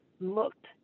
looked